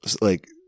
like-